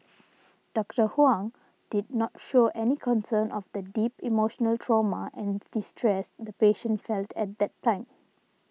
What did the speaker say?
Doctor Huang did not show any concern of the deep emotional trauma and distress the patient felt at that time